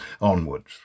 onwards